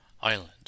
island